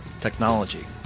technology